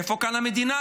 איפה כאן המדינה?